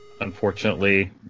Unfortunately